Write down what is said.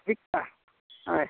विकपा हय